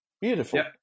Beautiful